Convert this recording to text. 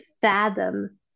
fathom